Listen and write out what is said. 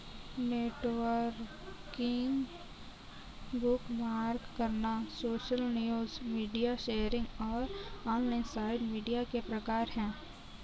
networking, bookmark करना, social news, media sharing और online site media के प्रकार हैं